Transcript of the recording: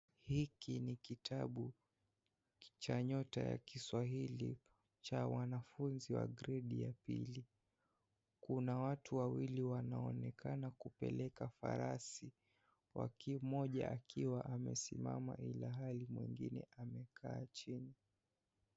Hiki ni kitabu cha nyota ya Kiswahili cha wanafunzi wa gredi ya pili, kuna watu wawili wanaonekana kupeleka farasi, mmoja akiwa amesimama hilihali mwingine amekaa chini.